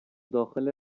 داخل